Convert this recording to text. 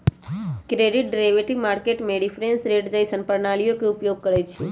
credit derivatives market में difference rate जइसन्न प्रणालीइये के उपयोग करइछिए